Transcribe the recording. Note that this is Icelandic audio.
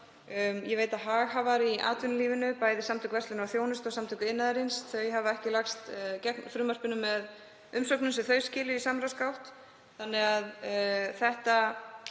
Ég veit að haghafar í atvinnulífinu, bæði Samtök verslunar og þjónustu og Samtök iðnaðarins, hafa ekki lagst gegn frumvarpinu með umsögnum sem þau skiluðu í samráðsgátt. Þetta